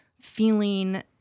feeling